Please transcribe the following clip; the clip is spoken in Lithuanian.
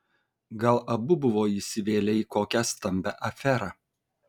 gal abu buvo įsivėlę į kokią stambią aferą